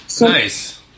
Nice